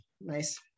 Nice